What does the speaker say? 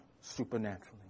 supernaturally